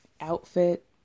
outfit